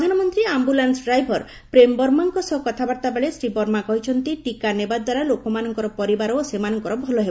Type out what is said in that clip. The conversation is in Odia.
ପ୍ରଧାନମନ୍ତ୍ରୀ ଆମ୍ଭୁଲାନ୍ସ ଡ୍ରାଇଭର ପ୍ରେମ୍ ବର୍ମାଙ୍କ ସହ କଥାବାର୍ତ୍ତା ବେଳେ ଶ୍ରୀ ବର୍ମା କହିଛନ୍ତି ଟିକା ନେବାଦ୍ୱାରା ଲୋକମାନଙ୍କର ପରିବାର ଓ ସେମାନଙ୍କର ଭଲ ହେବ